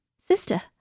sister